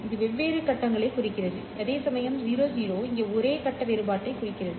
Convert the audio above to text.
இது வெவ்வேறு கட்டங்களைக் குறிக்கிறது அதேசமயம் 00 இங்கே ஒரே கட்ட வேறுபாட்டைக் குறிக்கிறது